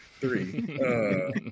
Three